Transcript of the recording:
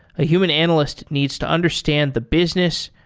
a human analyst needs to understand the business,